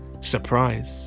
surprise